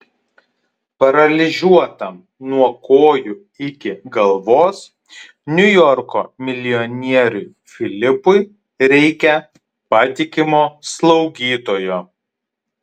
paralyžiuotam nuo kojų iki galvos niujorko milijonieriui filipui reikia patikimo slaugytojo